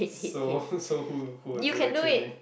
so so who who will do the cleaning